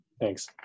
Thanks